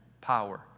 power